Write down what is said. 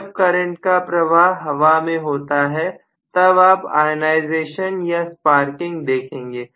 जब करंट का प्रवाह हवा में होता है तब आप आयोनाइजेशन या स्पार्किंग देखेंगे